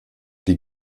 die